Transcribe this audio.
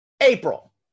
April